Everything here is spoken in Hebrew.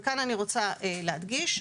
וכאן אני רוצה להדגיש: